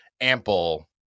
ample